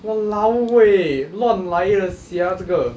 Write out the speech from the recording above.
!walao! eh 乱来的 sia 这个